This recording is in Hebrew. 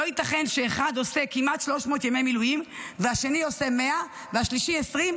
לא ייתכן שאחד עושה כמעט 300 ימי מילואים והשני עושה 100 והשלישי 20,